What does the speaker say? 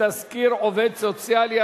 תנאים לביצוע צו הריסה),